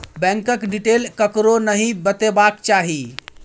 बैंकक डिटेल ककरो नहि बतेबाक चाही